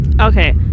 Okay